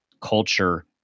culture